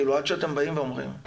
כאילו עד שאתם באים ואומרים,